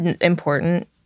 important